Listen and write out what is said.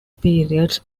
periods